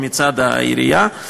מצד העירייה.